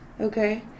okay